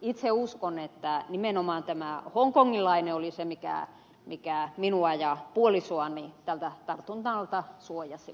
itse uskon että nimenomaan tämä hongkongilainen oli se mikä minua ja puolisoani tältä tartunnalta suojasi